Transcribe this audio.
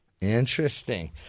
Interesting